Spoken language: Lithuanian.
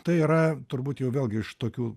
tai yra turbūt jau vėlgi iš tokių